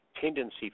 tendency